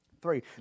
Three